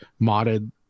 modded